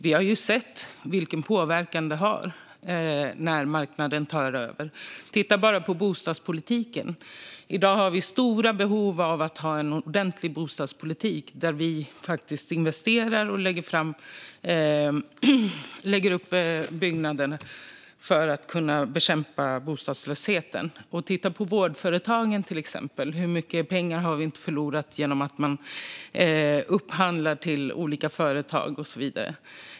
Vi har sett vilken påverkan det har när marknaden tar över. Titta bara på bostadspolitiken! I dag har vi stora behov av en ordentlig bostadspolitik, där vi faktiskt investerar för att kunna bekämpa bostadslösheten. Titta på vårdföretagen, till exempel! Hur mycket pengar har vi inte förlorat genom att man upphandlar från olika företag och så vidare?